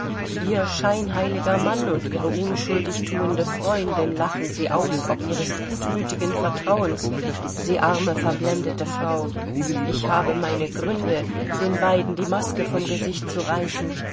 ihr scheinheiliger mann und ihre unschuldigthuende freundin lachen sie aus ob ihres gutmütigen vertrauens sie arme verblendete frau ich habe meine gründe den beiden die maske vom gesicht zu reißen